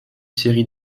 série